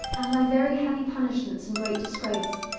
and my very heavy punishments and great disgrace.